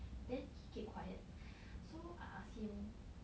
then he keep quiet so I ask him